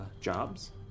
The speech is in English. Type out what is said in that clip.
Jobs